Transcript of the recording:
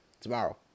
tomorrow